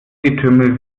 getümmel